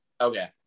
okay